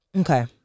Okay